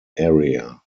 area